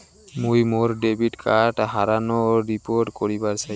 মুই মোর debit card হারানোর রিপোর্ট করিবার চাই